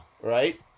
Right